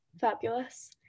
fabulous